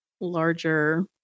larger